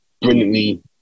brilliantly